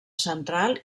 central